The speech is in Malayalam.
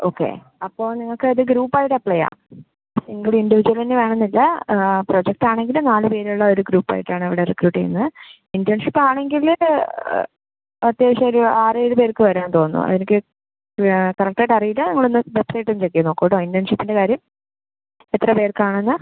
ഓക്കെ അപ്പോൾ അത് നിങ്ങൾക്ക് അത് ഗ്രൂപ്പ് ആയിട്ട് അപ്ലൈ ചെയ്യാം സിംഗിൾ ഇൻഡിവിജ്വൽ തന്നെ വേണം എന്നില്ല പ്രൊജക്റ്റ് ആണെങ്കിൽ നാല് പേരുള്ള ഒരു ഗ്രൂപ്പ് ആയിട്ടാണ് ഇവിടെ റിക്രൂട്ട് ചെയ്യുന്നത് ഇന്റേൺഷിപ് ആണെങ്കില് അത്യാവശ്യം ഒരു ആറ് ഏഴ് പേർക്ക് വരാന്ന് തോന്നുണു എനിക്ക് കറക്റ്റ് ആയിട്ട് അറിയില്ല നിങ്ങൾ ഒന്ന് വെബ്സൈറ്റ് ഒന്ന് ചെക്ക് ചെയ്തു നോക്കൂ കേട്ടോ ഇന്റേൺഷിപിൻ്റെ കാര്യം എത്ര പേർക്കാണെന്ന്